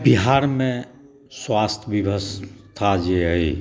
बिहारमे स्वास्थ्य बेबस्था जे अइ